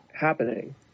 happening